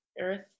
earth